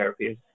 therapies